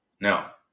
now